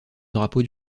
drapeau